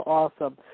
awesome